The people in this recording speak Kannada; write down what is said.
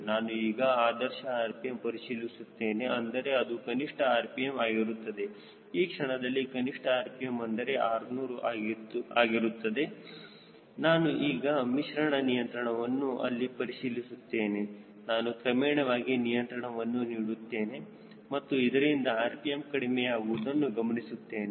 ನಾನು ಈಗ ಆದರ್ಶ rpm ಪರಿಶೀಲಿಸುತ್ತೇನೆ ಅಂದರೆ ಅದು ಕನಿಷ್ಠ rpm ಆಗಿರುತ್ತದೆ ಈ ಕ್ಷಣದಲ್ಲಿ ಕನಿಷ್ಠ rpm ಅಂದರೆ 600 ಆಗಿರುತ್ತದೆ ನಾನು ಈಗ ಮಿಶ್ರಣ ನಿಯಂತ್ರಣವನ್ನು ಇಲ್ಲಿ ಪರಿಶೀಲಿಸುತ್ತೇನೆ ನಾನು ಕ್ರಮೇಣವಾಗಿ ನಿಯಂತ್ರಣವನ್ನು ನೀಡುತ್ತೇನೆ ಮತ್ತು ಇದರಿಂದ rpm ಕಡಿಮೆಯಾಗುವುದನ್ನು ಗಮನಿಸುತ್ತೇನೆ